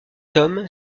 homme